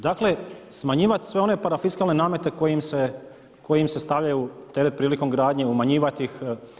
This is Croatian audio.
Dakle smanjivati sve one parafiskalne namete koji im se stavljaju na teret prilikom gradnje, umanjivati ih.